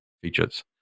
features